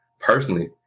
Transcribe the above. personally